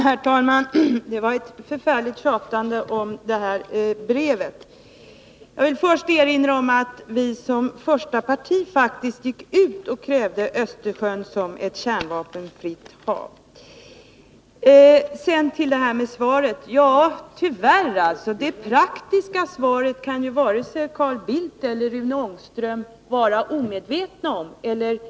Herr talman! Det var ett förfärligt tjatande om det här brevet. Jag vill först erinra om att vpk som första parti gick ut och krävde att Östersjön skulle vara ett kärnvapenfritt hav. När det gäller svaret vill jag säga att varken Carl Bildt eller Rune Ångström kan vara omedvetna om det praktiska svaret.